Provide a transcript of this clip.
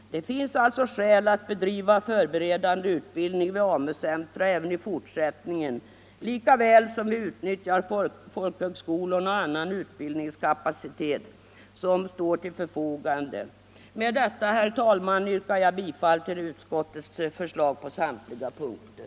Det finns alltså skäl att bedriva förberedande utbildning vid AMU-centra även i fortsättningen, lika väl som vi utnyttjar folkhögskolorna och annan utbildningskapacitet som står till förfogande. Med detta, herr talman, yrkar jag bifall till utskottets förslag på samtliga punkter.